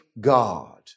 God